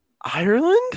Ireland